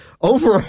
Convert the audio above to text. over